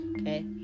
okay